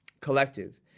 collective